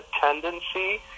tendency